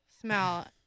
smell